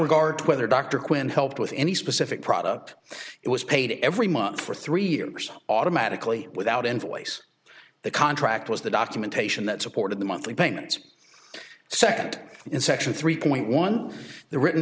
regard to whether dr quinn helped with any specific product it was paid every month for three years automatically without invoice the contract was the documentation that supported the monthly payments second in section three point one the written